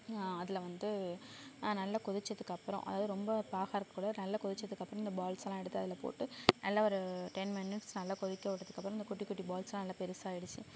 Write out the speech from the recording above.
அதில் வந்து நல்லா கொதித்ததுக்கு அப்புறம் அதாவது ரொம்ப பாகாக இருக்கக் கூடாது நல்லா கொதித்ததுக்கு அப்புறம் இந்த பால்ஸ் எல்லாம் எடுத்து அதில் போட்டு நல்லா ஒரு டென் மினிட்ஸ் நல்லா கொதிக்க விட்டதுக்கு அப்புறம் இந்த குட்டி குட்டி பால்ஸ் எல்லாம் நல்லா பெருசாக ஆகிடுச்சி